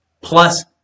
Plus